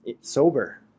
sober